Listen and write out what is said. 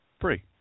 Free